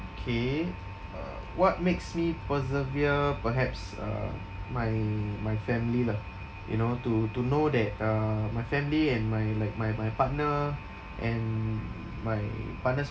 K uh what makes me persevere perhaps uh my my family lah you know to to know that uh my family and my like my my partner and my partner's